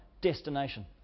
destination